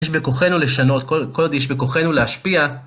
יש בכוחנו לשנות, יש בכוחנו להשפיע.